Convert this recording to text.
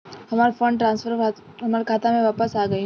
हमार fund transfer हमार खाता में वापस आ गइल